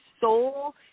soul